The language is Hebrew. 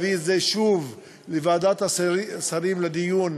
להביא את זה שוב לוועדת השרים לדיון